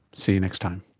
see you next time